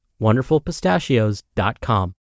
wonderfulpistachios.com